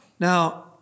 Now